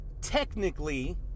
technically